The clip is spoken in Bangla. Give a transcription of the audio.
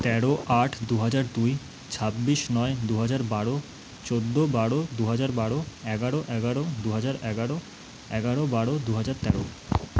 তেরো আট দু হাজার দুই ছাব্বিশ নয় দু হাজার বারো চোদ্দো বারো দু হাজার বারো এগারো এগারো দু হাজার এগারো এগারো বারো দু হাজার তেরো